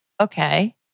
Okay